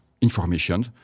information